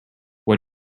what